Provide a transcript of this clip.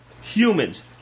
Humans